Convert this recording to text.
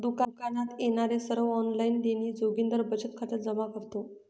दुकानात येणारे सर्व ऑनलाइन देणी जोगिंदर बचत खात्यात जमा करतो